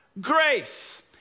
grace